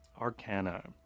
Arcana